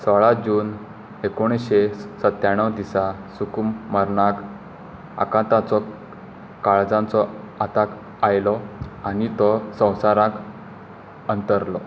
सोळा जून एकुणशे सत्त्याणव दिसा सुकुमारनाक आकांताचो काळजाचो आताक आयलो आनी तो संवसाराक अंतरलो